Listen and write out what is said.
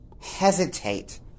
hesitate